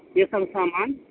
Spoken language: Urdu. یہ سب سامان